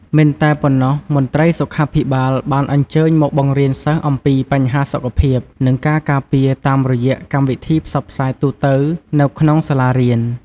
មិនតែប៉ុណ្ណោះ មន្ត្រីសុខាភិបាលបានអញ្ជើញមកបង្រៀនសិស្សអំពីបញ្ហាសុខភាព និងការការពារ តាមរយៈកម្មវិធីផ្សព្វផ្សាយទូទៅនៅក្នុងសាលារៀន។